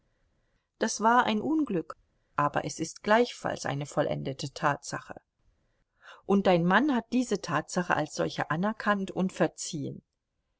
das war ein unglück aber es ist gleichfalls eine vollendete tatsache und dein mann hat diese tatsache als solche anerkannt und verziehen